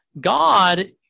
God